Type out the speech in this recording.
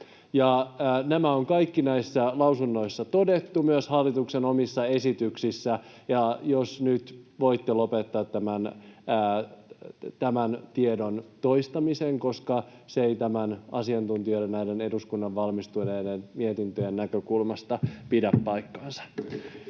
Tämä kaikki on näissä lausunnoissa todettu, myös hallituksen omissa esityksissä, ja jos nyt voitte lopettaa tämän tiedon toistamisen, koska se ei asiantuntijoiden ja näiden eduskunnan valmistuneiden mietintöjen näkökulmasta pidä paikkaansa.